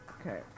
Okay